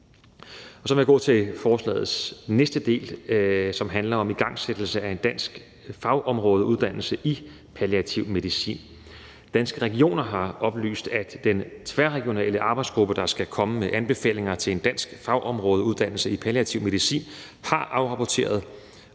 Så vil jeg gå til forslagets næste del, som handler om igangsættelse af en dansk fagområdeuddannelse i palliativ medicin. Danske Regioner har oplyst, at den tværregionale arbejdsgruppe, der skal komme med anbefalinger til en dansk fagområdeuddannelse i palliativ medicin, har afrapporteret